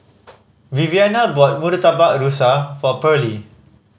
Viviana brought Murtabak Rusa for Pearly